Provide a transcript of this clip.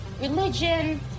religion